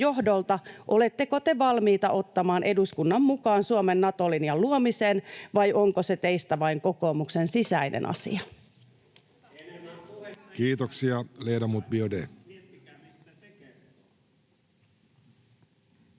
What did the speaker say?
oletteko te valmiita ottamaan eduskunnan mukaan Suomen Nato-linjan luomiseen, vai onko se teistä vain kokoomuksen sisäinen asia.